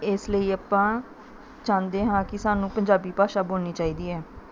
ਇਸ ਲਈ ਆਪਾਂ ਚਾਹੁੰਦੇ ਹਾਂ ਕਿ ਸਾਨੂੰ ਪੰਜਾਬੀ ਭਾਸ਼ਾ ਬੋਲਣੀ ਚਾਹੀਦੀ ਹੈ